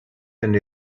and